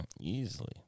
Easily